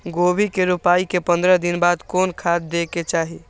गोभी के रोपाई के पंद्रह दिन बाद कोन खाद दे के चाही?